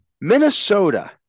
Minnesota